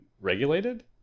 regulated